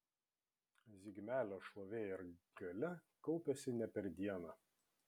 zigmelio šlovė ir galia kaupėsi ne per dieną